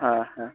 হ্যাঁ হ্যাঁ